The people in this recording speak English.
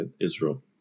Israel